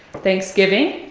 thanksgiving,